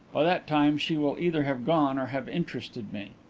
by that time she will either have gone or have interested me.